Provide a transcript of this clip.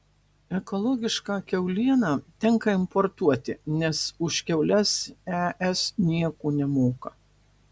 ekologišką kiaulieną tenka importuoti nes už kiaules es nieko nemoka